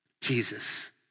Jesus